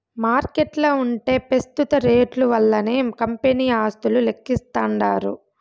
మార్కెట్ల ఉంటే పెస్తుత రేట్లు వల్లనే కంపెనీ ఆస్తులు లెక్కిస్తాండారు